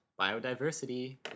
biodiversity